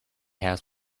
house